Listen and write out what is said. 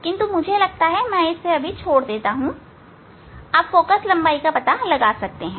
परंतु मुझे लगता है मैं इसे छोड़ देता हूं आप फोकल लंबाई का पता लगा सकते हैं